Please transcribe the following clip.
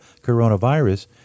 coronavirus